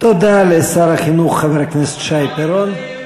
תודה לשר החינוך חבר הכנסת שי פירון.